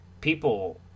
people –